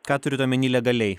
ką turit omeny legaliai